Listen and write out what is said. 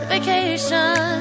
Vacation